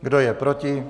Kdo je proti?